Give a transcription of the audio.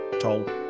told